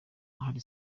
hari